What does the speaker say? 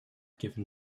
given